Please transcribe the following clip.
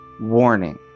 warning